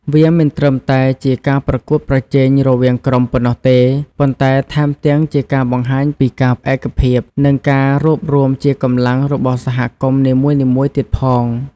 វាមិនត្រឹមតែជាការប្រកួតប្រជែងរវាងក្រុមប៉ុណ្ណោះទេ ប៉ុន្តែថែមទាំងជាការបង្ហាញពីការឯកភាព និងការរួបរួមជាកម្លាំងរបស់សហគមន៍នីមួយៗទៀតផង។